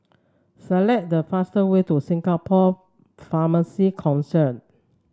select the fast way to Singapore Pharmacy Council